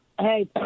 hey